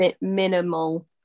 minimal